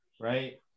right